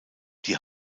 die